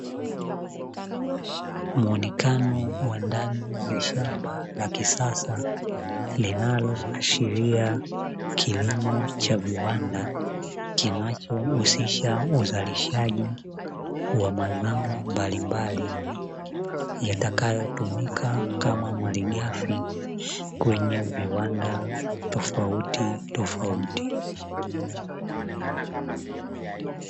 Muonekano wa ndani ya shamba la kisasa, linaloashiria kilimo cha viwanda, kinachohusisha uzalishaji wa mazao mbalimbali, yatakayotumika kama malighafi kwenye viwanda tofauti tofauti.